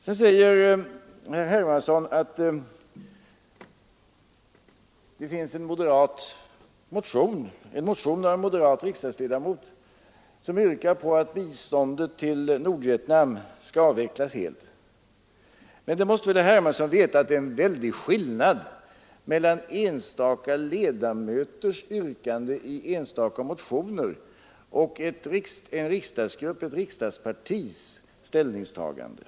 Herr Hermansson säger att det finns en moderat motion, en motion av en moderat riksdagsledmot, som yrkar på att biståndet till Nordvietnam skall avvecklas helt. Men det måste väl herr Hermansson veta, att det är en väldig skillnad mellan enstaka riksdagsledamöters yrkanden i enstaka motioner och en riksdagsgrupps, ett riksdagspartis ställningstagande.